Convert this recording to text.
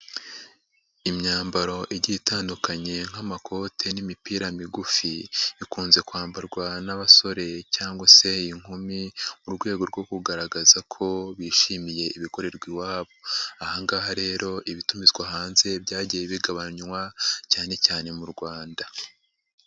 Imyambaro igiye itandukanye nk'amakote n'imipira migufi, ikunze kwambarwa n'abasore cyangwa se inkumi, mu rwego rwo kugaragaza ko bishimiye ibikorerwa iwabo, aha ngaha rero ibitumizwa hanze byagiye bigabanywa cyane cyane mu Rwanda.